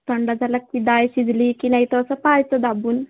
थंडा झाला की डाळ शिजली की नाही तसं पाहायचं दाबून